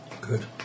Good